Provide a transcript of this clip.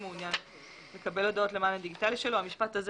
מעוניין לקבל הודעות למען הדיגיטלי שלו: המשפט הזה